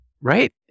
Right